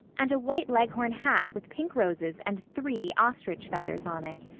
and a white leghorn hat with pink roses and three ostrich feathers on it.